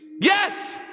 Yes